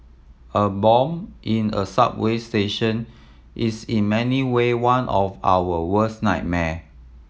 a bomb in a subway station is in many way one of our worst nightmare